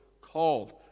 called